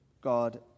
God